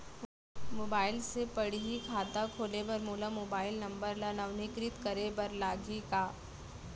Mobile से पड़ही खाता खोले बर मोला मोबाइल नंबर ल नवीनीकृत करे बर लागही का?